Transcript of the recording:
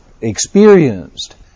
experienced